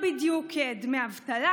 אלה לא בדיוק דמי אבטלה,